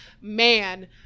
man